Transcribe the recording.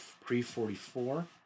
pre-44